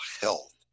Health